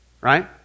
right